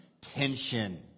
Tension